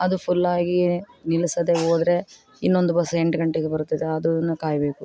ಅದು ಫುಲ್ ಆಗಿ ನಿಲ್ಲಿಸದೆ ಹೋದ್ರೆ ಇನ್ನೊಂದು ಬಸ್ ಎಂಟು ಗಂಟೆಗೆ ಬರುತ್ತದೆ ಅದನ್ನು ಕಾಯಬೇಕು